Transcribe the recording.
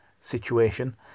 situation